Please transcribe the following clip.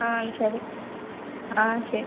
ஆ சரி ஆ சரி